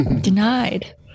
denied